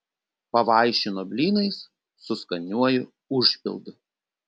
pavaišino blynais su skaniuoju užpildu